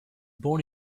born